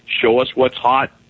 show-us-what's-hot